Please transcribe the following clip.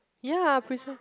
ya preci~